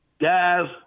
Guys